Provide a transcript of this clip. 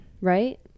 right